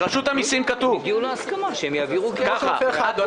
הגיעו להסכמה שהם יעבירו ככה.